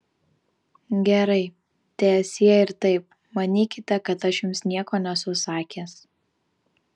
gerai teesie ir taip manykite kad aš jums nieko nesu sakęs